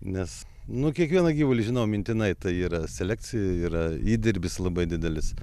nes nu kiekvieną gyvulį žinau mintinai tai yra selekcija yra įdirbis labai didelis